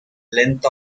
length